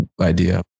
idea